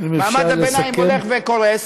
מעמד הביניים הולך וקורס,